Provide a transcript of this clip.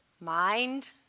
mind